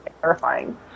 terrifying